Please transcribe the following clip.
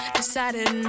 decided